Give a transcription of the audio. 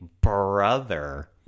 brother